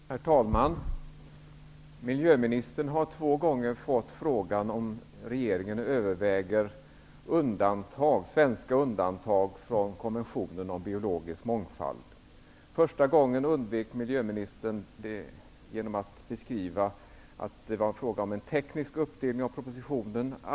Herr talman! Miljöministern har två gånger fått frågan om regeringen överväger svenska undantag från konventionen om biologisk mångfald. Första gången undvek miljöministern att besvara frågan genom att beskriva uppdelningen av propositionen som teknisk.